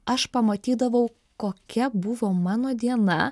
aš pamatydavau kokia buvo mano diena